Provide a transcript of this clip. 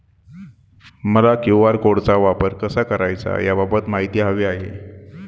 मला क्यू.आर कोडचा वापर कसा करायचा याबाबत माहिती हवी आहे